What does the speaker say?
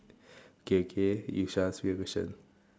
okay okay you shall ask me a question